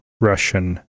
Russian